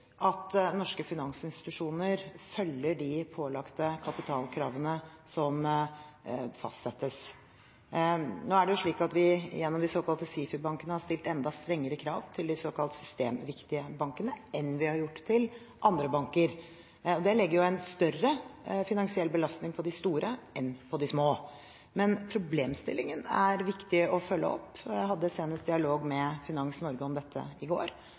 at norske finansinstitusjoner følger de pålagte kapitalkravene som fastsettes. Nå er det slik at vi gjennom de såkalte SIFI-bankene har stilt enda strengere krav til de såkalt systemviktige bankene enn vi har gjort til andre banker. Det legger en større finansiell belastning på de store enn på de små. Men problemstillingen er viktig å følge opp. Jeg hadde dialog med Finans Norge om dette senest i går.